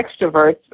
extroverts